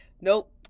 nope